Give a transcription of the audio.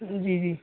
جی جی